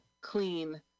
clean